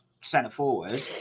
centre-forward